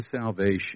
salvation